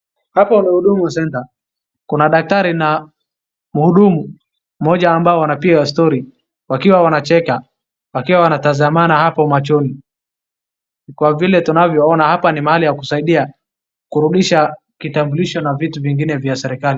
Hapo ni huduma centre, kuna daktari na mhudumu moja ambao wanapiga story wakiwa wanacheka wakiwa wanatazamana hapo machoni, kwa vile tunavona hapa ni mahali ya kusaidia kurudisha kitambulisho na vitu vingine vya serikali.